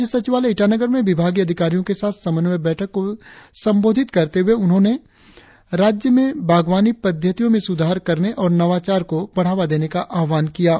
राज्य सचिवालय ईटानगर में विभागीय अधिकारियों के समन्वय बैठक को संबोधित करते हुए उन्होंने राज्य में बाग़वानी पद्धतियों में सुधार करने और नवाचार को बढ़ावा देने का आह्वान किया